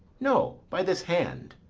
no, by this hand.